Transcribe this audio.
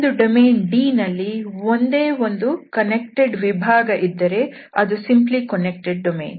ಒಂದು domain D ನಲ್ಲಿ ಒಂದೇ ಒಂದು ಕನ್ನೆಕ್ಟೆಡ್ ವಿಭಾಗ piece ಅಥವಾ ತುಂಡು ಇದ್ದರೆ ಅದು ಸಿಂಪ್ಲಿ ಕನ್ನೆಕ್ಟೆಡ್ ಡೊಮೇನ್